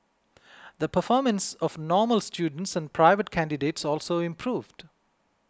the performance of normal students and private candidates also improved